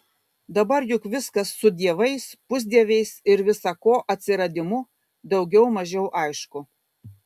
dabar juk viskas su dievais pusdieviais ir visa ko atsiradimu daugiau mažiau aišku